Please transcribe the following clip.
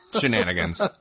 Shenanigans